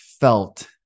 felt